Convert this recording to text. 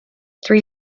three